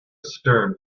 stern